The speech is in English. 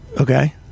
Okay